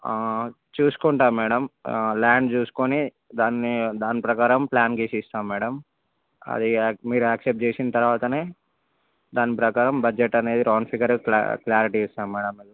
చూసుకుంటాం madam land చూసుకుని దాన్ని దాని ప్రకారం ప్లాన్ గీసి ఇస్తాం మేడం అది మీరు యాక్సెప్ట్ చేసిన తర్వాతనే దాని ప్రకారం బడ్జెట్ అనేది రౌండ్ ఫిగర్ క్లా క్లారిటీ ఇస్తాం మేడం మీకు